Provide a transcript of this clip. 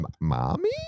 Mommy